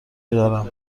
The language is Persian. میدارم